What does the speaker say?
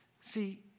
See